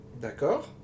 D'accord